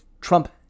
Trump